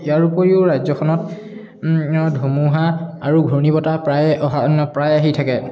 ইয়াৰ উপৰিও ৰাজ্যখনত ধুমুহা আৰু ঘুৰ্ণীবতাহ প্ৰায়ে আহ প্ৰায় আহি থাকে